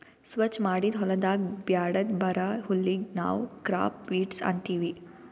ಸ್ವಚ್ ಮಾಡಿದ್ ಹೊಲದಾಗ್ ಬ್ಯಾಡದ್ ಬರಾ ಹುಲ್ಲಿಗ್ ನಾವ್ ಕ್ರಾಪ್ ವೀಡ್ಸ್ ಅಂತೀವಿ